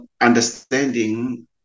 understanding